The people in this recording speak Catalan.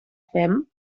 fem